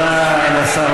את ההסכמים?